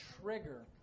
trigger